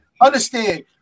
understand